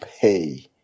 pay